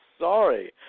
sorry